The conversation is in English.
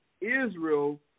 Israel